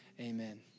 amen